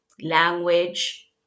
language